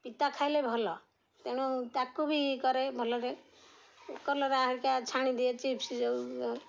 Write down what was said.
ପିତା ଖାଇଲେ ଭଲ ତେଣୁ ତାକୁ ବି କରେ ଭଲରେ କଲରା ହେରିକା ଛାଣି ଦିଏ ଚିପ୍ସ ଯେଉଁ